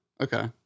okay